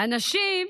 אנשים